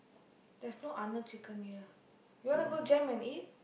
there's no Arnold Chicken here you wanna go Jem and eat